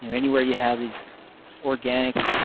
you know anywhere you have these organic